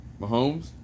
Mahomes